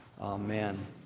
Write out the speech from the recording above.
Amen